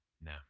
No